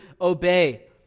obey